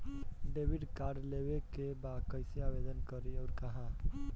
Debit card लेवे के बा कइसे आवेदन करी अउर कहाँ?